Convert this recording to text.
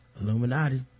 Illuminati